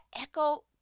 echo